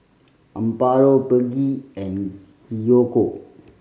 Amparo Peggy and Kiyoko